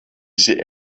sie